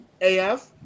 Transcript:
AF